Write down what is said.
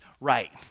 Right